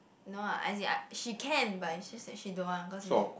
no lah as in I she can but she is just that she don't want cause is